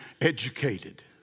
educated